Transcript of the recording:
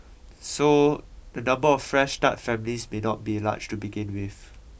so the number of fresh start families may not be large to begin with